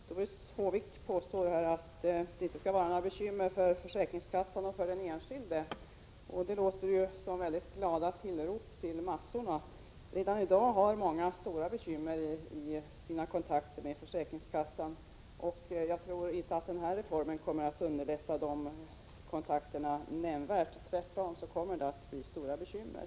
Herr talman! Doris Håvik påstår att detta inte skall leda till några bekymmer för försäkringskassan och för den enskilde. Det låter ju som mycket glada tillrop till massorna. Redan i dag har många stora bekymmer när det gäller kontakterna med försäkringskassan, och jag tror inte att denna reform kommer att underlätta dessa kontakter nämnvärt, tvärtom kommer den att leda till stora bekymmer.